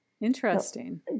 Interesting